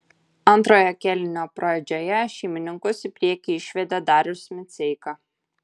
antrojo kėlinio pradžioje šeimininkus į priekį išvedė darius miceika